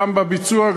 גם בביצוע,